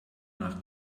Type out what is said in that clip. nach